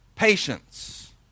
patience